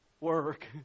work